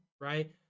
right